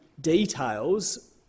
details